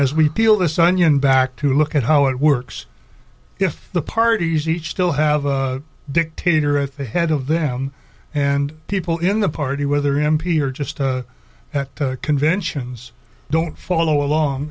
as we peel this onion back to look at how it works if the parties each still have a dictator at the head of them and people in the party whether m p or just have to conventions don't follow along